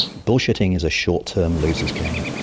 bullshitting is a short-term, loser's game.